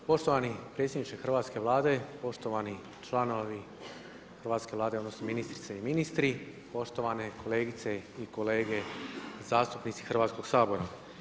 Poštovani predsjedniče Hrvatske Vlade, poštovani članovi hrvatske Vlade odnosno ministrice i ministri, poštovane kolegice i kolege zastupnici Hrvatskog sabora.